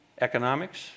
economics